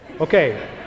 Okay